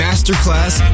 Masterclass